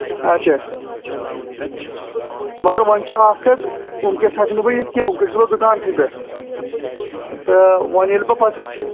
اچھا مگر وۄنۍ چھِ اَکھ کَتھ وٕںۍکٮ۪س ہٮ۪کہٕ نہٕ بہٕ یِتھ کیٚنہہ وٕںۍکٮ۪س چھُس بہٕ دُکانسٕے پٮ۪ٹھ تہٕ وۄنۍ ییٚلہِ بہٕ پتہٕ